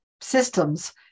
systems